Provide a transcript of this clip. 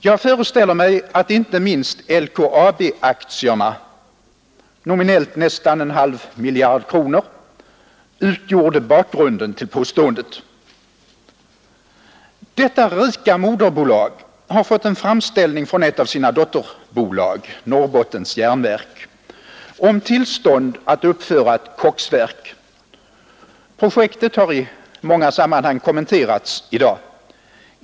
Jag föreställer mig att inte minst LKAB-aktierna, nominellt värda nästan en halv miljard kronor, utgjorde bakgrunden till påståendet. Detta rika moderbolag har fått en framställning från ett av sina dotterbolag, Norrbottens järnverk, om tillstånd att uppföra ett koksverk. Projektet har i många sammanhang kommenterats i dag.